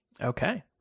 Okay